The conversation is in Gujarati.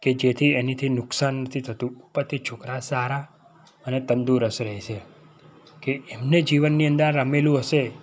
કે જેથી એનેથી નુકસાન નથી થતું ઉપરથી છોકરા સારા અને તંદુરસ્ત રહે છે કે એમને જીવનની અંદર આ રમેલું હશે